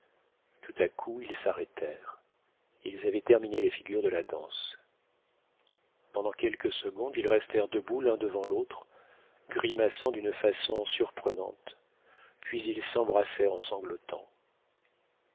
tout à coup ils s'arrêtèrent ils avaient terminé les figures de la danse pendant quelques secondes ils restèrent debout l'un devant l'autre grimaçant d'une façon surprenante puis ils s'embrassèrent en sanglotant